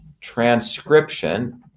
transcription